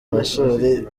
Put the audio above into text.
mashuri